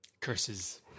Curses